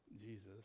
Jesus